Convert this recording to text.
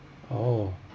oh